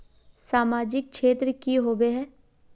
सामाजिक क्षेत्र की होबे है?